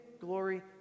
glory